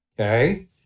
Okay